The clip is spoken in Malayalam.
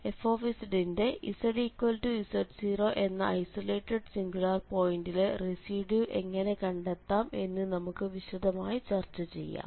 f ന്റെ zz0എന്ന ഐസൊലേറ്റഡ് സിംഗുലാർ പോയിന്റിലെ റെസിഡ്യൂ എങ്ങനെ കണ്ടെത്താം എന്ന് നമുക്ക് വിശദമായി ചർച്ച ചെയ്യാം